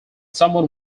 someone